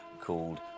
called